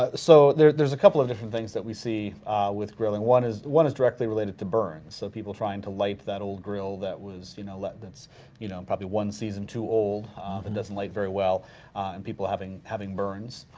ah so there's there's a couple of different things that we see with grilling. one is one is directly related to burns, so people trying to light that old grill that was you know that's you know probably one season too old that and doesn't light very well and people having having burns,